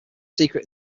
secret